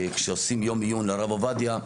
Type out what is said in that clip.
כשעושים יום עיון לרב עובדיה,